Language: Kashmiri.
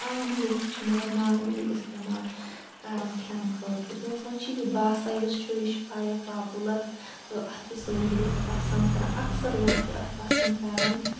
عام لُکھ چھِ مطلب نارمٔلی استعمال کَران کھٮ۪نہٕ خٲطرٕ تِمو منٛز چھِ یہِ باسا یُس چھِ یہِ چھِ واریاہ پاپُلَر تہٕ اَتھ چھِ سٲری لُکھ پَسنٛد کَران اکثر لُکھ چھِ اَتھ پَسنٛد کَران